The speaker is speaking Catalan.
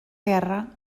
guerra